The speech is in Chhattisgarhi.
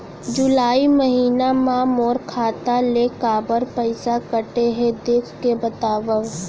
जुलाई महीना मा मोर खाता ले काबर पइसा कटे हे, देख के बतावव?